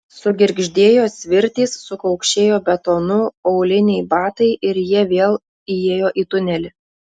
sugirgždėjo svirtys sukaukšėjo betonu auliniai batai ir jie vėl įėjo į tunelį